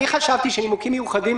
אני חשבתי שהתנאי של נימוקים מיוחדים